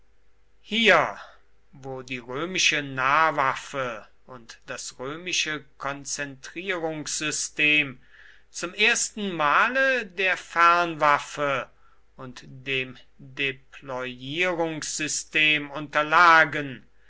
hier wo die römische nahwaffe und das römische konzentrierungssystem zum ersten male der fernwaffe und dem deployierungssystem unterlagen